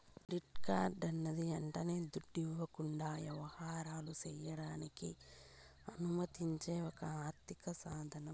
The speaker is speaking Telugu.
కెడిట్ కార్డన్నది యంటనే దుడ్డివ్వకుండా యవహారాలు సెయ్యడానికి అనుమతిచ్చే ఒక ఆర్థిక సాదనం